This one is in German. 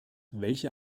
welche